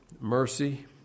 mercy